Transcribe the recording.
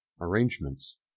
arrangements